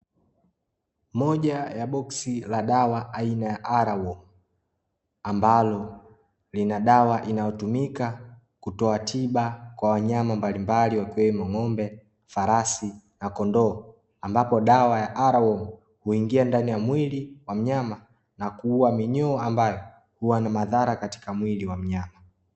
Moja ya boksi la dawa aina ya "R-Worm" ambalo lina dawa inayotumika kutoa tiba kwa wanyama mbalimbali wakiwemo ng'ombe, farasi, na kondoo; ambapo dawa ya "R-Worm" huingia ndani ya mwili wa mnyama na kuua minyoo ambayo huwa na madhara katika mwili wa mnyama.